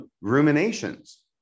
ruminations